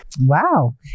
Wow